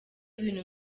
ibintu